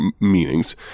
meanings